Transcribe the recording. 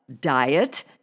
diet